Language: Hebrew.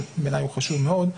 שבעיני הוא חשוב מאוד,